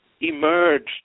emerged